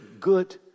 good